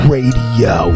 Radio